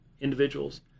individuals